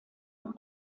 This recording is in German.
und